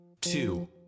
two